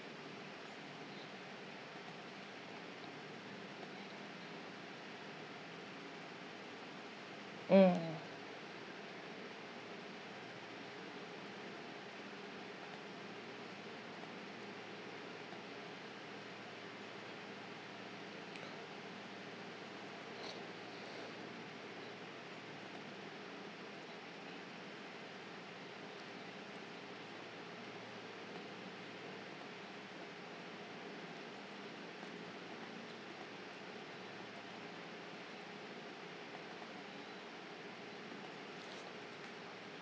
um